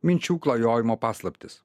minčių klajojimo paslaptys